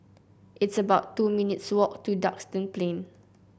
it's about two minutes' walk to Duxton Plain